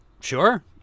Sure